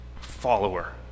follower